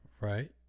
Right